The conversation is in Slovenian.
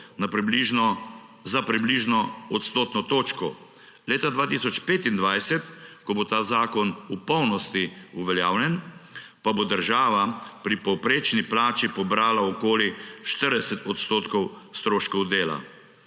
za približno odstotno točko. Leta 2025, ko bo ta zakon v polnosti uveljavljen, pa bo država pri povprečni plači pobrala okoli 40 odstotkov stroškov dela.